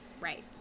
Right